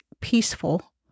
peaceful